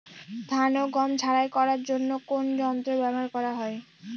ধান ও গম ঝারাই করার জন্য কোন কোন যন্ত্র ব্যাবহার করা হয়?